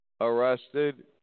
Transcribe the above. arrested